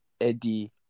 Eddie